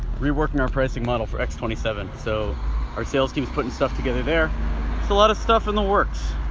reworking our pricing model for x two seven, so our sales team is putting stuff together there. that's a lot of stuff in the works,